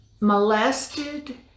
molested